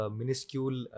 minuscule